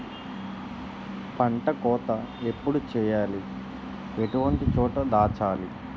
పంట కోత ఎప్పుడు చేయాలి? ఎటువంటి చోట దాచాలి?